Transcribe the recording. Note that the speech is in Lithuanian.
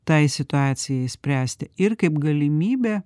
tai situacijai spręsti ir kaip galimybę